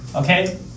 okay